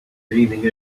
leaning